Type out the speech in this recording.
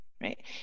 right